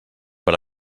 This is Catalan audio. per